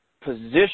position